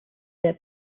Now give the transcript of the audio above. der